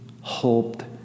hoped